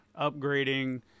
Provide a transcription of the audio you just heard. Upgrading